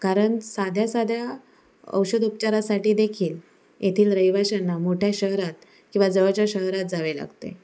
कारण साध्या साध्या औषधोपचारासाठी देखील येथील रहिवाशांना मोठ्या शहरात किंवा जवळच्या शहरात जावे लागते